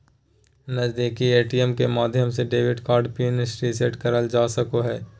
नजीदीकि ए.टी.एम के माध्यम से डेबिट कार्ड पिन रीसेट करल जा सको हय